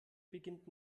beginnt